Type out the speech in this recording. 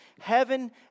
Heaven